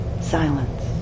silence